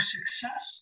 Success